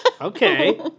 Okay